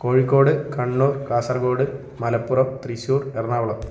Kozhikode Kannur Kasaragod Malappuram Thrissur Ernakulam